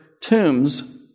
tombs